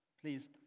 Please